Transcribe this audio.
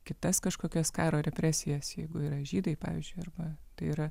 kitas kažkokias karo represijas jeigu yra žydai pavyzdžiui arba tai yra